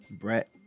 brett